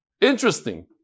Interesting